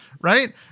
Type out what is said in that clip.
right